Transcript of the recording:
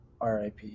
RIP